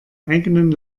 eigenen